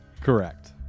Correct